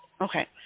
Okay